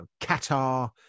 Qatar